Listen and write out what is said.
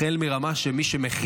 החל מהרמה של מי שמכין,